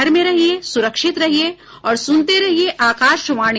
घर में रहिये सुरक्षित रहिये और सुनते रहिये आकाशवाणी